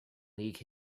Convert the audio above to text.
league